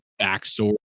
backstory